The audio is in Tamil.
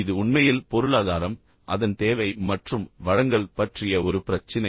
இது உண்மையில் பொருளாதாரம் அதன் தேவை மற்றும் வழங்கல் பற்றிய ஒரு பிரச்சினை